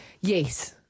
Yes